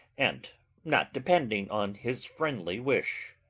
and not depending on his friendly wish.